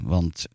Want